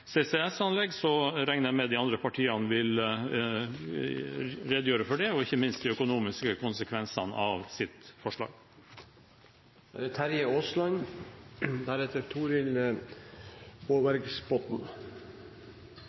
regner jeg med at de andre partiene vil redegjøre for det, ikke minst de økonomiske konsekvensene av